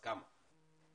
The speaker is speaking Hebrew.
אז כמה?